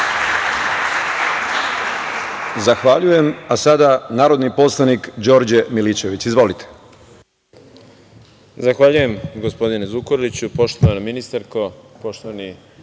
Zahvaljujem. Reč ima narodni poslanik Đorđe Milićević. Izvolite.